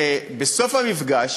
ובסוף המפגש